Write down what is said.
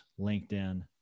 LinkedIn